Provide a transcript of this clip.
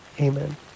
Amen